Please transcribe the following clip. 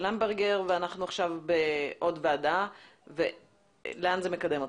של למברגר ואנחנו עכשיו בעוד ועדה - לאן זה מקדם אותנו.